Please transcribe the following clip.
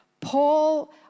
paul